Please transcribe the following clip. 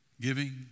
Giving